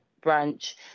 branch